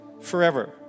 forever